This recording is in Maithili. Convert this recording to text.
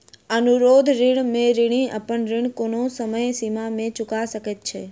अनुरोध ऋण में ऋणी अपन ऋण कोनो समय सीमा में चूका सकैत छै